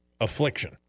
affliction